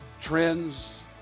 trends